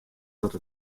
dat